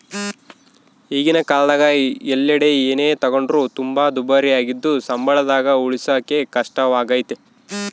ಈಗಿನ ಕಾಲದಗ ಎಲ್ಲೆಡೆ ಏನೇ ತಗೊಂಡ್ರು ತುಂಬಾ ದುಬಾರಿಯಾಗಿದ್ದು ಸಂಬಳದಾಗ ಉಳಿಸಕೇ ಕಷ್ಟವಾಗೈತೆ